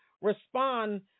respond